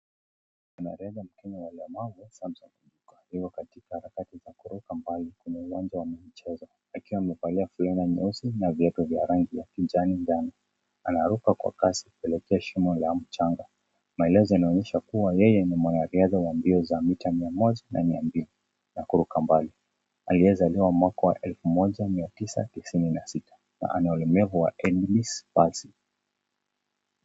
Mwanariadha mkenya waliye maarufu Samson Mujuka. Yuko katika harakati za kuruka mbali kwenye uwanja wa michezo. Akiwa amevalia fulana nyeusi na viatu vya rangi ya kijani ndani. Anaruka kwa kasi kuelekea shimo la mchanga. Maelezo yanaonyesha kuwa yeye ni mwanariadha wa mbio za mita 100 na 200 na kuruka mbali. Alizaliwa mwaka wa 1996 na ana ulemavu wa Endlis.